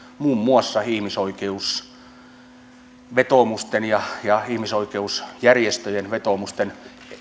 muun muassa ihmisoikeusvetoomusten ja ja ihmisoikeusjärjestöjen vetoomusten